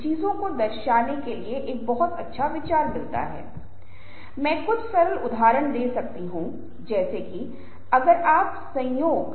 दूसरों के बारे में सुनने के लिए भी धीरज रखना चाहिए और फिर अपनी बात रखने की कोशिश करनी चाहिए दूसरों की बात पर गौर करना चाहिए दूसरों की बात को उचित सम्मान और वेटेज देना चाहिए